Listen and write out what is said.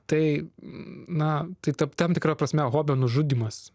tai na taip tam tikra prasme hobio nužudymas